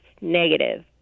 negative